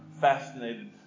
fascinated